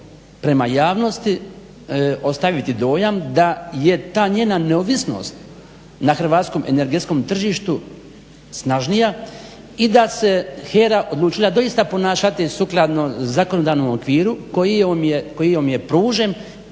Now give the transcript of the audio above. prema javnosti ostaviti dojam da je ta njena neovisnost na hrvatskom energetskom tržištu snažnija i da se HERA odlučila doista ponašati sukladno zakonodavnom okviru koji joj je pružen